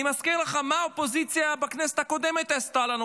אני מזכיר לך מה האופוזיציה בכנסת הקודמת עשתה לנו,